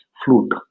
flute